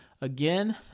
Again